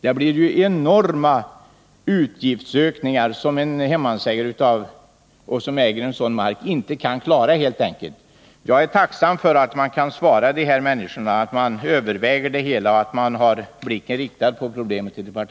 Det blir enorma utgiftsökningar, som en hemmansägare med sådan mark helt enkelt inte kan klara. Jag är tacksam för att jag kan svara de här människorna att mån överväger det hela och att man i departementet har blicken riktad på problemet.